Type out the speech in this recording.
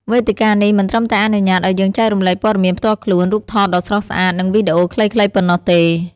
វេទិកានេះមិនត្រឹមតែអនុញ្ញាតឱ្យយើងចែករំលែកព័ត៌មានផ្ទាល់ខ្លួន រូបថតដ៏ស្រស់ស្អាត និងវីដេអូខ្លីៗប៉ុណ្ណោះទេ។